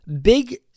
Big